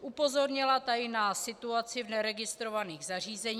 Upozornila tady na situaci v neregistrovaných zařízeních.